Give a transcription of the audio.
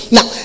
Now